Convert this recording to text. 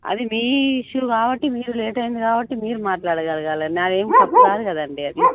అది మీ ఇష్యూ కాబట్టి మీరు లేట్ అయింది కాబట్టి మీరు మాట్లాడగలగాలి నాదేం తప్పు కాదు కదండీ అది